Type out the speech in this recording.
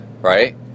right